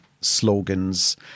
slogans